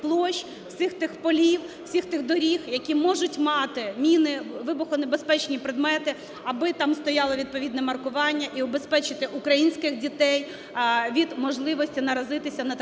площ, всіх тих полів всіх тих доріг, які можуть мати міни, вибухонебезпечні предмети, аби там стояло відповідне маркування і убезпечити українських дітей від можливостей наразитися на таку